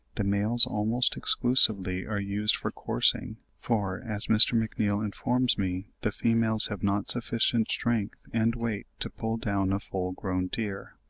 the males almost exclusively are used for coursing, for, as mr. mcneill informs me, the females have not sufficient strength and weight to pull down a full-grown deer.